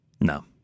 No